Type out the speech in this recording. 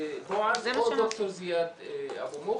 בועז או ד"ר זיאד אבו מוך,